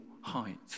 height